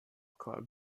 club